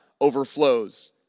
overflows